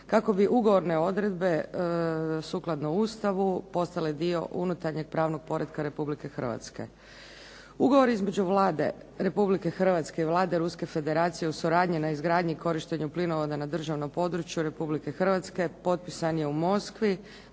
kako bi ugovorne odredbe sukladno Ustavu postale dio unutarnjeg pravnog poretka Republike Hrvatske. Ugovor između Vlade Republike Hrvatske i Vlade Ruske Federacije o suradnji na izgradnji i korištenju plinovoda na državnom području Republike Hrvatske potpisan je u Moskvi